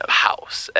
house